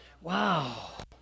wow